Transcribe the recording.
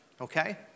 okay